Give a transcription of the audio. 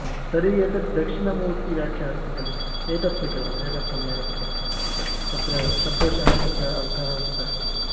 हा तर्हि एतद् दक्षिणामूर्तिव्याख्या अस्ति खलु एतत् स्वीकुर्वन्तु एतत् सम्यगस्ति तत्र शब्दशः तत्र अर्थः उक्तः वर्तते